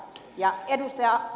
ja ed